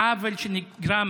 עוול שנגרם